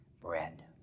Bread